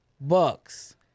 Bucks